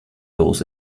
los